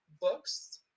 Books